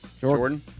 Jordan